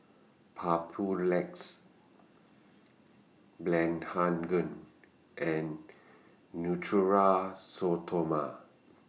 Papulex Blephagel and Natura Stoma